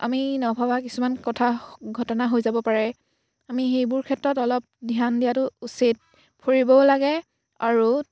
আমি নভবা কিছুমান কথা ঘটনা হৈ যাব পাৰে আমি সেইবোৰ ক্ষেত্ৰত অলপ ধ্যান দিয়াটো উচিত ফুৰিবও লাগে আৰু